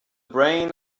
brain